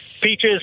Peaches